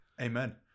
amen